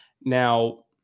Now